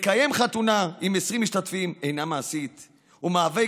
חתונה עם 20 משתתפים אינה מעשית ומהווה